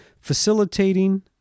facilitating